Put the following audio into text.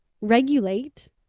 regulate